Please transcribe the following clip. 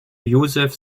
joseph